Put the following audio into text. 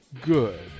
good